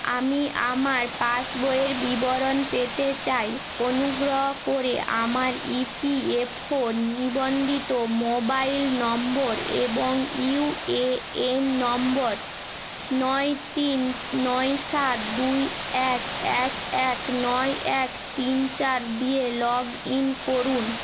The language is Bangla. আমি আমার পাসবইয়ের বিবরণ পেতে চাই অনুগ্রহ করে আমার ই পি এফ ও নিবন্ধিত মোবাইল নম্বর এবং ইউ এ এন নম্বর নয় তিন নয় সাত দুই এক এক এক নয় এক তিন চার দিয়ে লগ ইন করুন